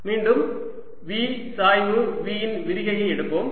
மீண்டும் V சாய்வு V இன் விரிகையை எடுப்போம்